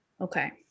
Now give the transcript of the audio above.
okay